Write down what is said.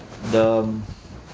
the um